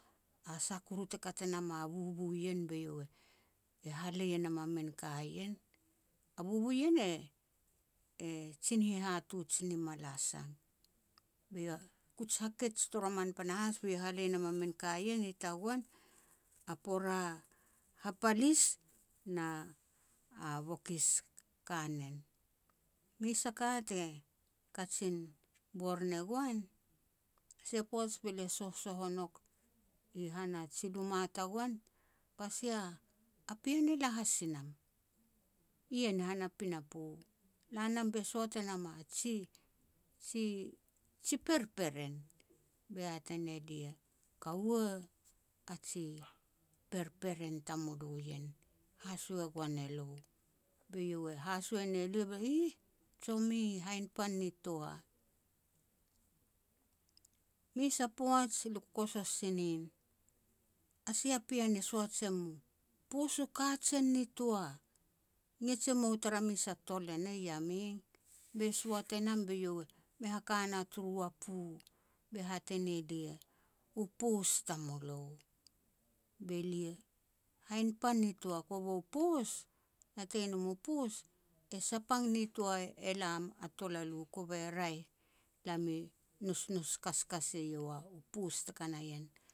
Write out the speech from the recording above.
A sah kuru te kat e nam a bubu ien be iau e-e halei e nam a min ka ien? A bubu ien e-e jin-hihatuj ni Malasang. Be iau kuj hakets toroman panahas be iau e halei e nam a min ka ien i tagoan. A pora hapalis, na a bokis kanen. Mes a ka te kajin bor ne goan, sia u poaj be lia sohsoh o nouk i han a ji luma tagoan, ba sia a pean e la has i nam, ien han a pinapo. La nam be soat e nam a ji-ji-ji perperen, be hat e ne lia. "Kaua, a ji perperen tamulo ien, haso e goan elo." Be iau e haso e ne lia be, "ih, tsomi, hainpan nitoa". Mes a poaj luk kosos si nin, a sia pean e soat sem poos u kajen nitoa, ngets e mou tara mes a tol e nah, Yameng. Be soat e nam be iau me haka na turu wapu, be hat e ne lia, "U poos tamulo". Be lia, "hainpan nitoa", kovu poos, natei nom u poos, e sapang nitoa elam a tolalu. Kove raeh, lam i nousnous kaskas eiau, u poos teka na ien.